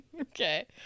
Okay